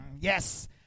yes